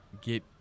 get